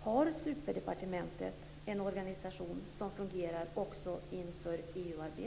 Har superdepartementet en organisation som fungerar också inför EU-arbetet?